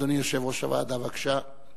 אדוני יושב-ראש הוועדה, בבקשה.